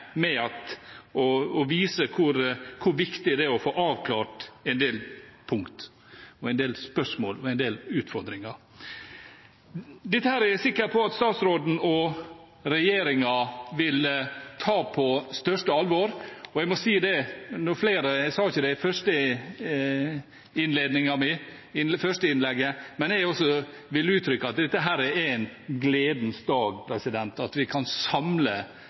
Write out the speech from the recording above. med å vise hvor viktig det er å få avklart en del punkter, og en del spørsmål og en del utfordringer. Dette er jeg sikker på at statsråden og regjeringen vil ta på største alvor. Jeg sa det ikke i det første innlegget mitt, men også jeg vil gi uttrykk for at dette er en gledens dag, at vi